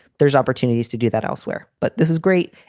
there's opportunities to do that elsewhere. but this is great.